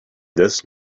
this